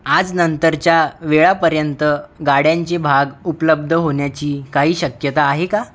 आज नंतरच्या वेळापर्यंत गाड्यांचे भाग उपलब्ध होण्याची काही शक्यता आहे का